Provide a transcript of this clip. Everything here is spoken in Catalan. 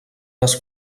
les